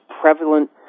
prevalent